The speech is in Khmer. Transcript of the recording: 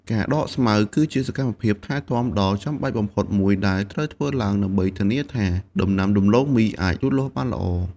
ការដកស្មៅគឺជាសកម្មភាពថែទាំដ៏ចាំបាច់បំផុតមួយ ដែលត្រូវធ្វើឡើងដើម្បីធានាថាដំណាំដំឡូងមីអាចលូតលាស់បានល្អ។